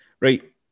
Right